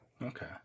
Okay